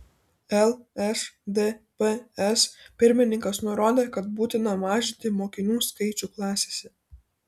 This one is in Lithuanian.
lšdps pirmininkas nurodė kad būtina mažinti mokinių skaičių klasėse